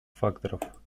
факторов